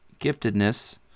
giftedness